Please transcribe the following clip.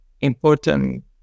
important